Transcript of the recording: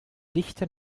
dichter